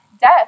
death